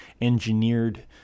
engineered